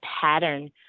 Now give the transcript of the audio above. pattern